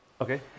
Okay